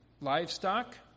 livestock